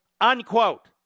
Unquote